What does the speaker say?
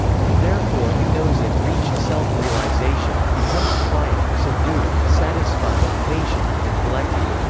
he therefore who knows it reached self-realization, becomes quiet, subdued, satisfied, patient and collected.